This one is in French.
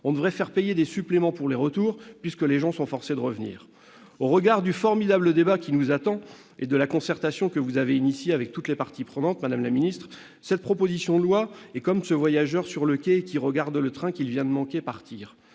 On devrait faire payer des suppléments pour les retours ... puisque les gens sont forcés de revenir. » Au regard du formidable débat qui nous attend et de la concertation que vous avez initiée avec toutes les parties prenantes, madame la ministre, cette proposition de loi est comme ce voyageur sur le quai qui regarde partir le train qu'il vient de manquer.